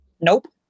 Nope